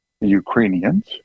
Ukrainians